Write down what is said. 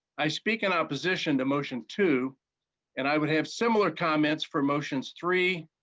i speak in opposition to motion two and i would have similar comments for motions three,